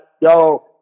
yo